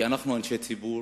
אנחנו אנשי ציבור,